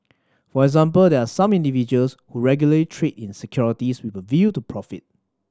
for example there are some individuals who regularly trade in securities with a view to profit